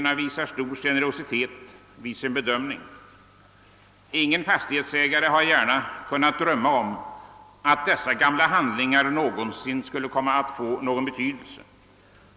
eller när förvärvet avsett fastighet som enligt fastställd stadsplan eller byggnadsplan är avsedd för bebyggelse.